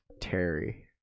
Terry